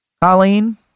Colleen